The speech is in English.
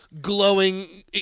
glowing